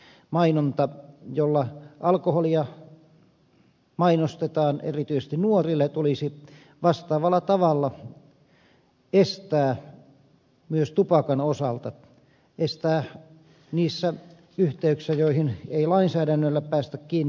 se mielikuvamainonta jolla alkoholia mainostetaan erityisesti nuorille tulisi vastaavalla tavalla estää myös tupakan osalta estää niissä yhteyksissä joihin ei lainsäädännöllä päästä kiinni